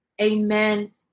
Amen